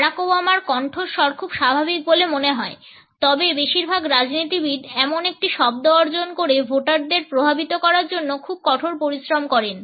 Barack ওবামার কণ্ঠস্বর খুব স্বাভাবিক বলে মনে হয় তবে বেশিরভাগ রাজনীতিবিদ এমন একটি শব্দ অর্জন করে ভোটারদের প্রভাবিত করার জন্য খুব কঠোর পরিশ্রম করেন